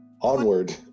Onward